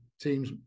Teams